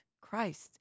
Christ